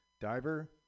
Diver